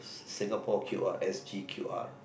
Singapore Q_R S_G_Q_R